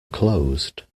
closed